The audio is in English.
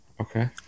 Okay